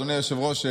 אדוני היושב-ראש,